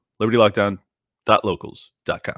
libertylockdown.locals.com